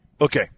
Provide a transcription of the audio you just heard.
Okay